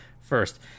first